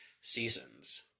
seasons